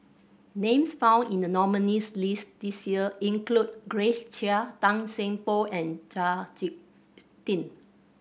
names found in the nominees' list this year include Grace Chia Tan Seng Poh and Chau Sik Ting